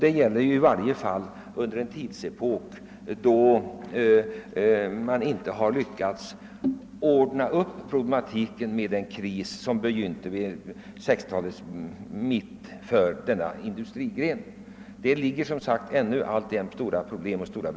En sådan åtgärd måste till om TEKO skall vara kvar här i landet. Det finns som sagt alltjämt stora problem och bekymmer.